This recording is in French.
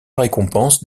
récompense